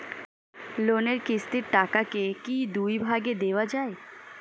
লোনের কিস্তির টাকাকে কি দুই ভাগে দেওয়া যায়?